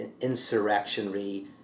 insurrectionary